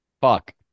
fuck